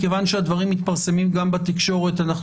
מכיוון שהדברים מתפרסמים גם בתקשורת אנחנו